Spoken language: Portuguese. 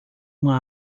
uma